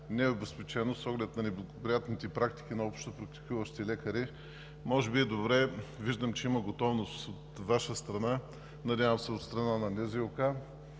необезпеченост, с оглед на неблагоприятните практики на общопрактикуващите лекари може би е добре – виждам, че има готовност от Ваша страна, надявам се и от страна на НЗОК –